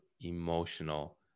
emotional